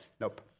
Nope